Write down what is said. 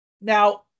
now